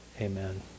Amen